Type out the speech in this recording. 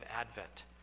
Advent